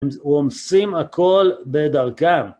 רומסים הכול בדרכם.